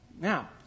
Now